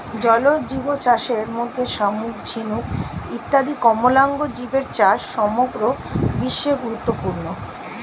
জলজীবচাষের মধ্যে শামুক, ঝিনুক ইত্যাদি কোমলাঙ্গ জীবের চাষ সমগ্র বিশ্বে গুরুত্বপূর্ণ